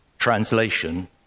translation